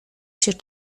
się